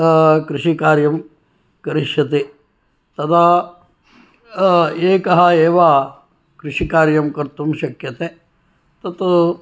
कृषिकार्यं करिष्यति तदा एकः एव कृषिकार्यं कर्तुं शक्यते तत्